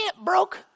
broke